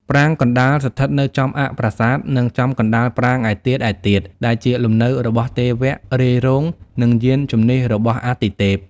ប្រាង្គកណ្តាលស្ថិតនៅចំអ័ក្សប្រាសាទ និងចំកណ្តាលប្រាង្គឯទៀតៗ ដែលជាលំនៅរបស់ទេវៈរាយរង និងយានជំនិះរបស់អាទិទេព។